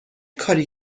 کاری